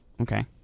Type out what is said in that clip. Okay